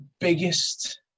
biggest